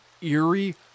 eerie